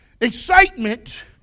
Excitement